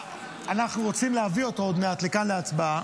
שאנחנו רוצים להביא אותו עוד מעט כאן להצבעה,